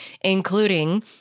including